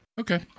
Okay